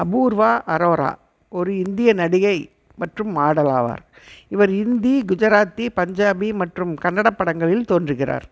அபூர்வா அரோரா ஒரு இந்திய நடிகை மற்றும் மாடல் ஆவார் இவர் இந்தி குஜராத்தி பஞ்சாபி மற்றும் கன்னட படங்களில் தோன்றுகிறார்